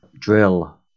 drill